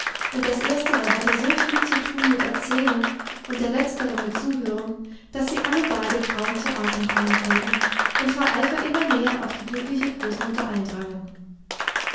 und das erstere hatte so viel zu tun mit erzählen und der letztere mit zuhören daß sie alle beide kaum zu atem kommen konnten und vor eifer immer näher auf die glückliche großmutter eindrangen